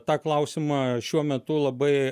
tą klausimą šiuo metu labai